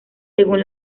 según